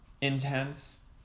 intense